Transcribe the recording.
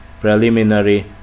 preliminary